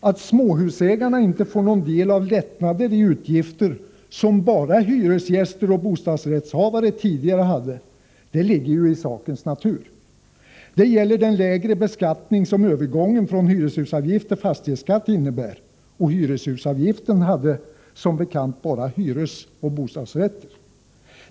Att småhusägarna inte får någon del av lättnader i utgifter som bara hyresgäster och bostadsrättshavare tidigare hade ligger i sakens natur. Det gäller den lägre beskattning som övergången från hyreshusavgift till fastighetsskatt innebär, och hyreshusavgiften drabbade som bekant bara hyresoch bostadsrätter.